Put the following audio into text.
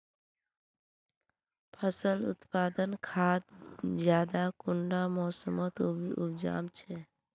फसल उत्पादन खाद ज्यादा कुंडा मोसमोत उपजाम छै?